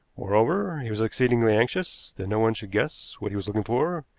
moreover, he was exceedingly anxious that no one should guess what he was looking for,